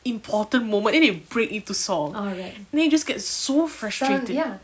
important moment then they break into song and then it just gets so frustrating